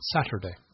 Saturday